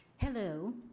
Hello